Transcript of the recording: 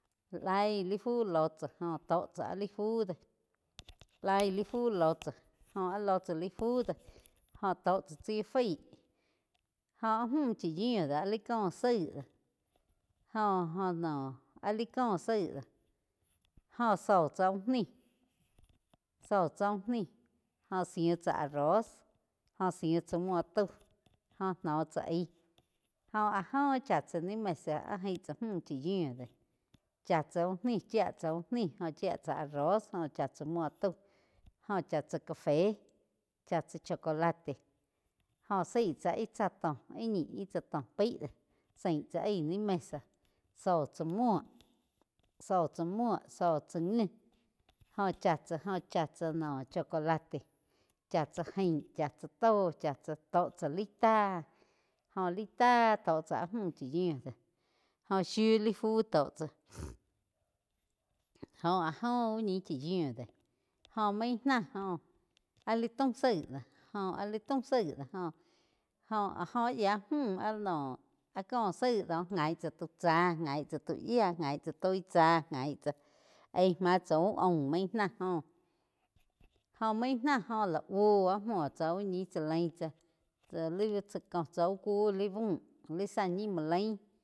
Laig lai fú ló tsá jó tó tsá áh lai fu doh laig laí fu lo tsá jóh áh lo tsá laí fu doh jóh tóh tsá tsí faí jóa áh múh chá yiu do áh li có zaig de jo-jo noh. Áh li cóh zaig do jóh zóh tsá úh ni, zó tsá úh ni jó zíh tsá arroz jóh zíi tsá muo tau jó nóh tsá aig jó áh joo chá tsá ni mesa áh ain tsá múh chá yiuh do chá tsá úh ni chía tsá úh ni óh chía tsá arroz jóh chá tsa muo tau joh chá tsá café chá tsá chocolate jó zaí tsá ih tsá tó íh ñih íh tsá to paí zaín tsá aí ni mesa zó tsá múo, zó tsá múo zó tsá ngi óh cha tsá óh chá tsá noh chocolate chá tsá jain chá tsa tó, to tsá laí táh joh laí tá tó tsá áh múh chá yíu doh óh shiu lai fu tó tsá jo áh jo úh ñi chá yiu do jó main náh joh áh li taum zaíg do, jóh áh li taum zaig do joh áh yía múh áh noh áh có zaig do jain tsá tau tzá jain tsá tu yía jain tsá toi chá jain tsá aíg má tsá úh aum naí náh oh jo main náh óh lá búo muo tsá úh ñi tsá lain tsá li-li tsá cóh tsá úh kuh li búh li záh ñi muo lain.